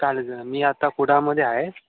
चालेल सर मी आता कुडाळमध्ये आहे